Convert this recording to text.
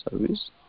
service